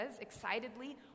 excitedly